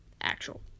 actual